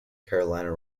carolina